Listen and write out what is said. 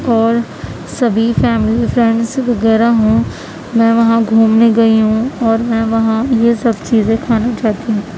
اور سبھی فیلمی فرینڈس وغیرہ ہوں میں وہاں گھومنے گئی ہوں اور میں وہاں یہ سب چیزیں کھانا چاہتی ہوں